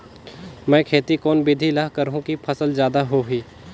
मै खेती कोन बिधी ल करहु कि फसल जादा होही